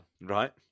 right